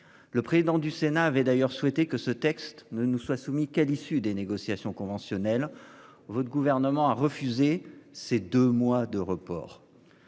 Le président du Sénat avait d'ailleurs souhaité que ce texte ne nous soit soumis qu'à l'issue des négociations conventionnelles, votre gouvernement a refusé ces deux mois de report.